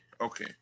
okay